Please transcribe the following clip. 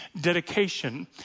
dedication